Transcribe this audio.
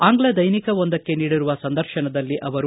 ಆಂಗ್ಲ ದೈನಿಕ ಒಂದಕ್ಕೆ ನೀಡಿರುವ ಸಂದರ್ಶನದಲ್ಲಿ ಅವರು